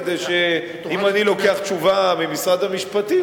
כדי שאם אני לוקח תשובה ממשרד המשפטים,